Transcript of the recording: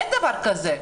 אין דבר כזה.